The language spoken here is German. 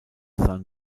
sahen